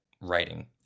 writing